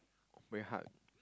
very hard